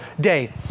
day